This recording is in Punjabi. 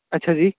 ਅੱਛਾ ਜੀ